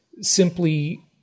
simply